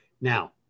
Now